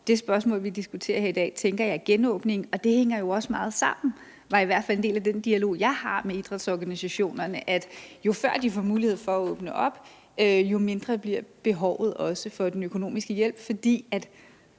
Det spørgsmål, vi diskuterer her i dag, tænker jeg er om genåbningen. Det hænger jo også sammen. Det er i hvert fald en del af den dialog, jeg har med idrætsorganisationerne, for jo før de får mulighed for at åbne op, jo mindre bliver behovet også for den økonomiske hjælp – og